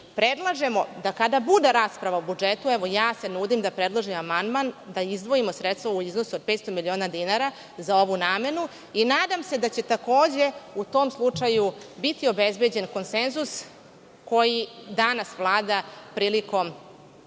Predlažemo da kada bude rasprava o budžetu, evo ja se nudim da predložim amandman, da izdvojimo sredstva u iznosu od 500 miliona dinara za ovu namenu. Nadam se da će takođe, u tom slučaju biti obezbeđen konsenzus koji danas vlada prilikom